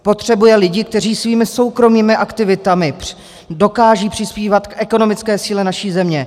Potřebuje lidi, kteří svými soukromými aktivitami dokážou přispívat k ekonomické síle naší země.